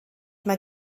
mae